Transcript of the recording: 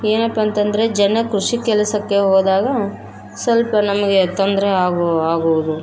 ಏನಪ್ಪ ಅಂತಂದರೆ ಜನ ಕೃಷಿ ಕೆಲಸಕ್ಕೆ ಹೋದಾಗ ಸ್ವಲ್ಪ ನಮಗೆ ತೊಂದರೆ ಆಗು ಆಗುವುದು